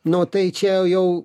nu tai čia jau